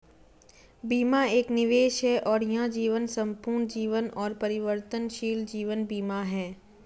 बीमा एक निवेश है और यह जीवन, संपूर्ण जीवन और परिवर्तनशील जीवन बीमा है